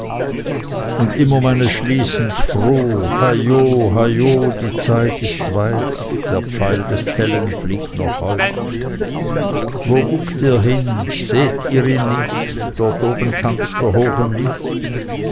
und immer meines schießens froh heio heio die zeit ist weit der pfeil des tellen fliegt noch heut wo guckt ihr hin seht ihr ihn nicht dort oben tanzt er hoch im licht